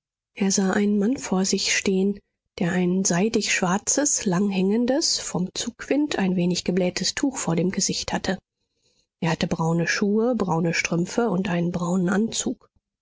er sah einen mann vor sich stehen der ein seidig schwarzes langhängendes vom zugwind ein wenig geblähtes tuch vor dem gesicht hatte er hatte braune schuhe braune strümpfe und einen braunen anzug